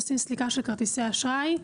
עושים סליקה של כרטיסי אשראי.